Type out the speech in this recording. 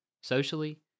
Socially